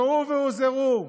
ראו והיזהרו: